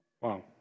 Wow